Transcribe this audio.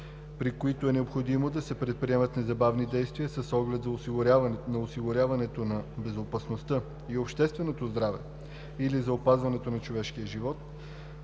при които е необходимо да се предприемат незабавни действия с оглед на осигуряването на безопасността и общественото здраве или за опазване на човешки живот,